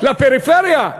לפריפריה.